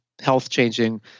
health-changing